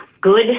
good